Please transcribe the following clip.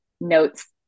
notes